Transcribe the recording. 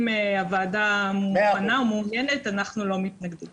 אם הוועדה מעוניינת, אנחנו לא מתנגדים.